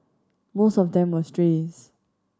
most of them were strays